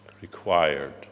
required